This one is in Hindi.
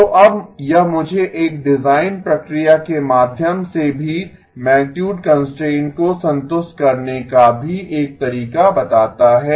तो अब यह मुझे एक डिजाइन प्रक्रिया के माध्यम से भी मैगनीटुड कंस्ट्रेंट को संतुष्ट करने का भी एक तरीका बताता है